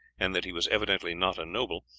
and that he was evidently not a noble,